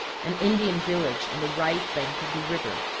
an indian village on the right bank of the river.